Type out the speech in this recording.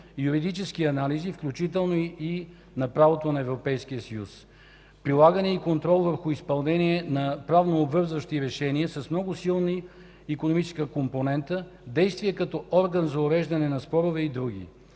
юридически анализи, включително и на правото на Европейския съюз, прилагане и контрол върху изпълнение на правно обвързващи решения с много силна икономическа компонента, действие като орган за уреждане на спорове и други.